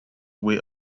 way